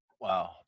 Wow